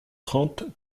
trente